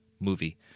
movie